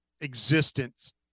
existence